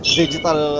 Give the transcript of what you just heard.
digital